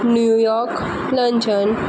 New York London